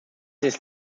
ist